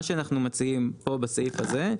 מה שאנחנו מציעים פה בסעיף הזה,